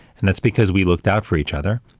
and that's because we looked out for each other,